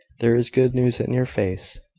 there is good news in your face.